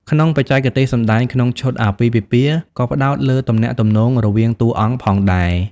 ក្នុងបច្ចេកទេសសម្ដែងក្នុងឈុតអាពាហ៍ពិពាហ៍ក៏ផ្តោតលើទំនាក់ទំនងរវាងតួអង្គផងដែរ។